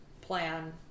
plan